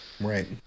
Right